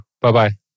Bye-bye